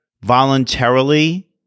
voluntarily